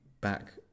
back